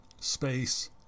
space